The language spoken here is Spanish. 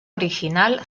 original